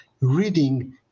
reading